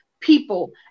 people